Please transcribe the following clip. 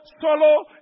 solo